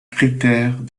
critère